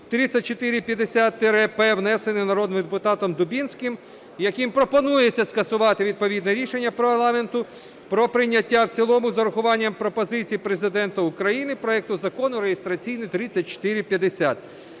3450-П, внесений народним депутатом Дубінським, яким пропонується скасувати відповідне рішення парламенту про прийняття в цілому з урахуванням пропозицій Президента України проекту Закону (реєстраційний 3450).